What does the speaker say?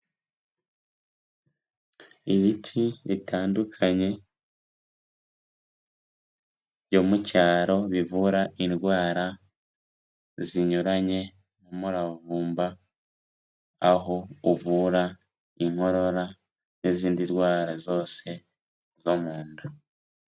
Ibiti bitandukanye byo mu cyaro bivura indwara zinyuranye, nk'umuravumba aho uvura inkorora n'izindi ndwara zose zo mu nda.